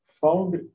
found